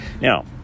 Now